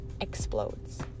explodes